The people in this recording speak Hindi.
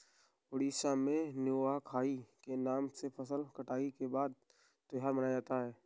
उड़ीसा में नुआखाई के नाम से फसल कटाई के बाद त्योहार मनाया जाता है